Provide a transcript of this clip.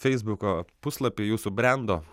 feisbuko puslapį jūsų brendo